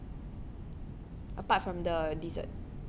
apart from the dessert